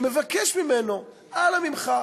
שמבקש ממנו: אנא ממך,